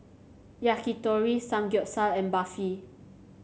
Yakitori Samgyeopsal and Barfi